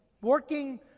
working